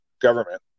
government